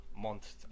Month